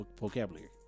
vocabulary